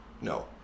No